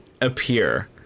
appear